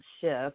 shift